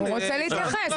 הוא רוצה להתייחס,